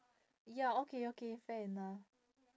ya okay okay fair enough